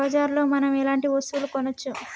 బజార్ లో మనం ఎలాంటి వస్తువులు కొనచ్చు?